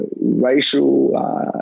racial